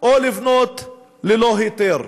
או לבנות ללא היתר.